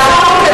לאחר מכן,